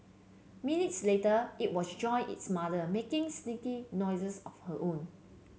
minutes later it was joined its mother making squeaky noises of her own